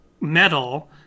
metal